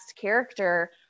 character